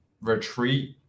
retreat